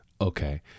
Okay